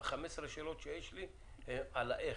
15 השאלות שיש לי הן על האיך.